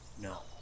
No